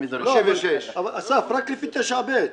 אסף, רק לפי 9(ב).